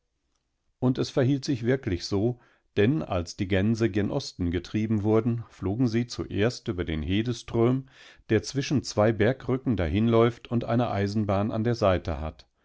und es verhielt sich wirklich so denn als die gänse gen osten getrieben wurden flogensiezuerstüberdenhedeström derzwischenzweibergrücken dahinläuft und eine eisenbahn an der seite hat